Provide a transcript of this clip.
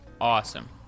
awesome